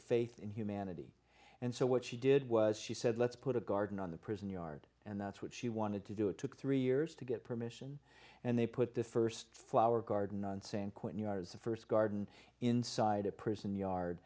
faith in humanity and so what she did was she said let's put a garden on the prison yard and that's what she wanted to do it took three years to get permission and they put the st flower garden on saying quote the st garden inside a prison yard